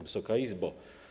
Wysoka Izbo!